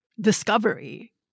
discovery